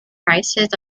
prices